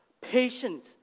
patient